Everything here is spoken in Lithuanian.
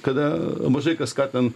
kada mažai kas ką ten